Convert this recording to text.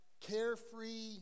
carefree